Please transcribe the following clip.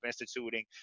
instituting